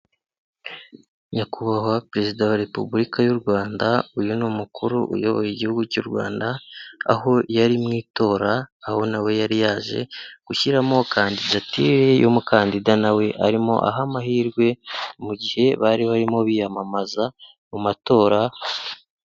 Nyakubahwa Perezida wa Repubulika y'u Rwanda, uyu ni Umukuru uyoboye Igihugu cy'u Rwanda, aho yari mu itora aho na we yari yaje gushyiramo kandidatire y'umukandida na we arimo aha amahirwe mu gihe bari barimo biyamamaza mu matora.